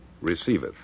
receiveth